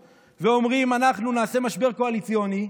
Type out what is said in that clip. ואומרים: אנחנו נעשה משבר קואליציוני,